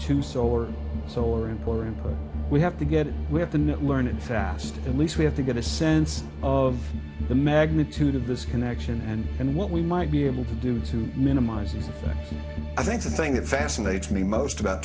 so or so are important we have to get it we have to know learned fast at least we have to get a sense of the magnitude of this connection and and what we might be able to do to minimize it i think the thing that fascinates me most about